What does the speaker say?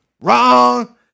Wrong